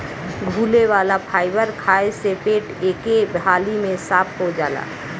घुले वाला फाइबर खाए से पेट एके हाली में साफ़ हो जाला